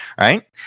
Right